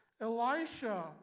Elisha